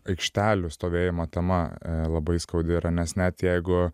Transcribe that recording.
aikštelių stovėjimo tema labai skaudi yra nes net jeigu